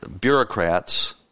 bureaucrats